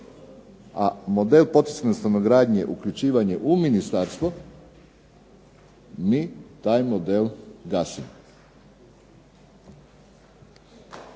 a model poticajne stanogradnje je uključivanje u ministarstvo mi taj model gasimo.